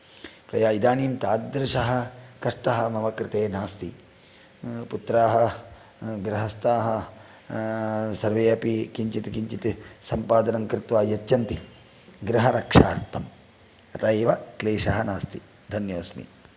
मया इदानीं तादृशः कष्टः मम कृते नास्ति पुत्राः गृहस्ताः सर्वे अपि किञ्चित् किञ्चित् सम्पादनं कृत्वा यच्छन्ति गृहरक्षार्थम् अत एव क्लेशः नास्ति धन्योस्मि